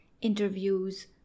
interviews